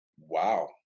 wow